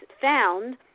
found